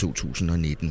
2019